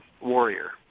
Warrior